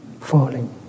falling